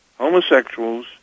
homosexuals